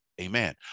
Amen